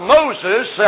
Moses